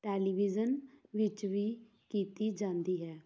television ਵਿੱਚ ਵੀ ਕੀਤੀ ਜਾਂਦੀ ਹੈ